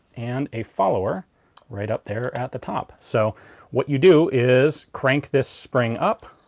and a follower right up there at the top. so what you do is crank this spring up.